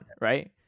right